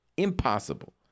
impossible